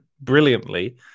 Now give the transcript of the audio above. brilliantly